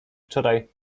wczoraj